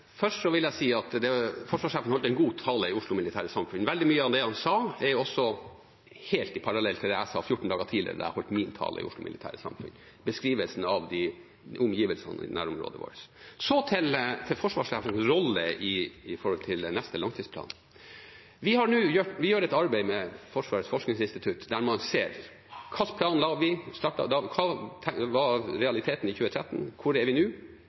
Først vil jeg si at forsvarssjefen holdt en god tale i Oslo Militære Samfund. Veldig mye av det han sa, er helt parallelt med det jeg sa 14 dager tidligere, da jeg holdt min tale i Oslo Militære Samfund, med beskrivelsen av omgivelsene i nærområdet vårt. Så til forsvarssjefens rolle med hensyn til neste langtidsplan. Vi gjør et arbeid med Forsvarets forskningsinstitutt der man ser på: Hva slags plan la vi? Hva var realiteten i 2013? Hvor er vi nå?